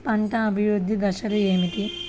పంట అభివృద్ధి దశలు ఏమిటి?